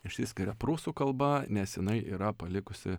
išsiskiria prūsų kalba nes jinai yra palikusi